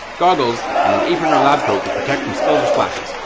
goggles, and an apron or lab coat to protect from spills or splashes.